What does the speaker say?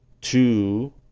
two